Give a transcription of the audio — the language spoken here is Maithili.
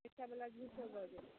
बेचऽबला झूठो बजैत छै